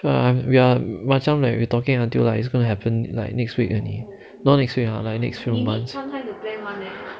so we are macam like we talking until it's going to happen like next week already not next week ah next few months